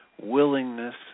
willingness